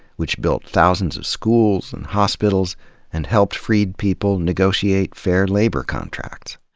which built thousands of schools and hospitals and helped freed people negotiate fair labor contracts.